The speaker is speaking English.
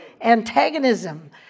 antagonism